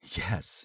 yes